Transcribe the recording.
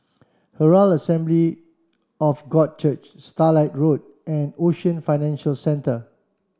Herald Assembly of God Church Starlight Road and Ocean Financial Centre